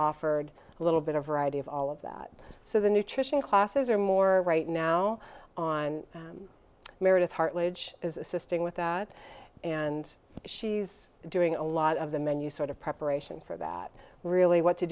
offered a little bit of variety of all of that so the nutrition classes are more right now on meredith's heart ledge is assisting with that and she's doing a lot of the menu sort of preparation for that really what to